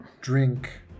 drink